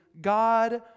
God